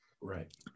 Right